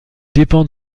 dépend